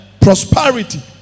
prosperity